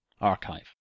Archive